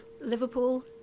Liverpool